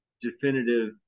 definitive